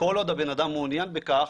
כל עוד הבן אדם מעוניין בכך,